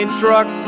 truck